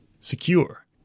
secure